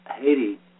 Haiti